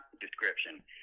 description